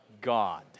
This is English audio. God